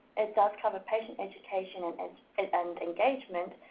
it does cover patient education and and and engagement,